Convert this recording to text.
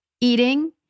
eating